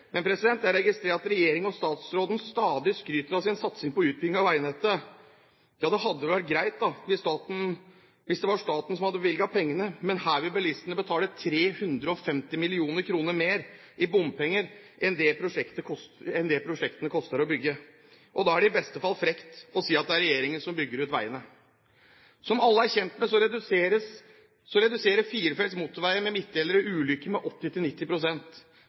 Men for denne regjeringen er det sånn at det er bedre sent enn aldri. Jeg registrerer at regjeringen og statsråden stadig skryter av sin satsing på utbygging av veinettet. Ja, det hadde vel vært greit hvis det var staten som hadde bevilget pengene, men her vil bilistene betale 350 mill. kr mer i bompenger enn det prosjektene koster å bygge. Da er det i beste fall frekt å si at det er regjeringen som bygger ut veiene. Som alle er kjent med, reduserer firefelts motorveier med midtdeler ulykkene med 80 til